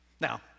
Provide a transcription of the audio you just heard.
Now